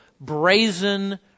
brazen